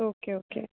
okay okay